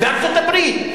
בארצות-הברית,